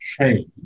change